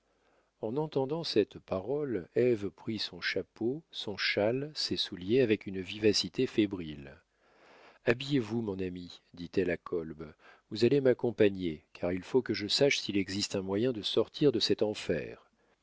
en entendant cette parole ève prit son chapeau son châle ses souliers avec une vivacité fébrile habillez-vous mon ami dit-elle à kolb vous allez m'accompagner car il faut que je sache s'il existe un moyen de sortir de cet enfer